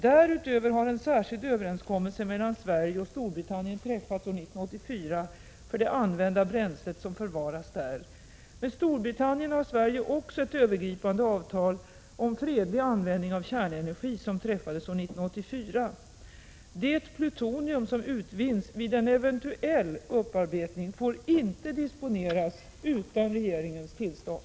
Därutöver har en särskild överenskommelse mellan Sverige och Storbritannien träffats år 1984 för det använda bränslet som förvaras där. Med Storbritannien har Sverige också ett övergripande avtal om fredlig användning av kärnenergi som träffades år 1984. Det plutonium som utvinns vid en eventuell upparbetning får inte disponeras utan regeringens tillstånd.